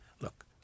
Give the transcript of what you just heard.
look